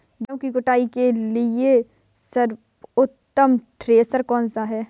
गेहूँ की कुटाई के लिए सर्वोत्तम थ्रेसर कौनसा है?